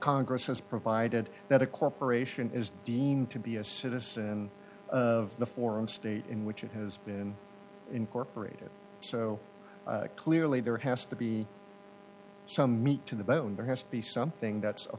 congress has provided that a corporation is deemed to be a citizen of the foreign state in which it has been incorporated so clearly there has to be some meat to the bone there has to be something that's a